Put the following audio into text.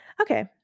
Okay